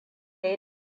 ya